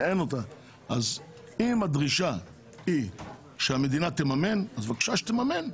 אם הדרישה היא שהמדינה תממן, בבקשה, שתממן.